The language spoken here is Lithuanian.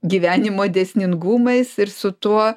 gyvenimo dėsningumais ir su tuo